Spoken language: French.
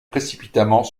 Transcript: précipitamment